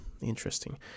Interesting